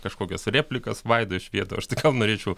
kažkokias replikas svaido iš vietų aš tai gal norėčiau